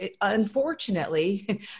unfortunately